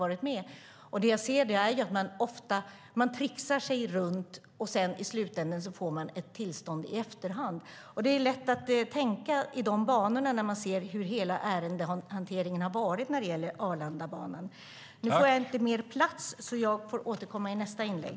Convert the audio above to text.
Där ser jag att man ofta tricksar sig runt och får ett tillstånd i efterhand. Det är lätt att tänka i de banorna när man ser hur hela ärendehanteringen gällande Arlandabanan har varit. Nu har jag inte mer talartid, så jag får återkomma i nästa inlägg.